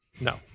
No